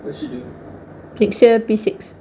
peck seah P six